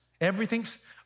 Everything's